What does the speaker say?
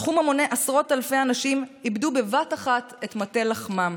תחום המונה עשרות אלפי אנשים שאיבדו בבת אחת את מטה לחמם.